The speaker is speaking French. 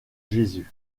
jésus